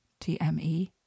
TME